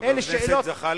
חבר הכנסת זחאלקה,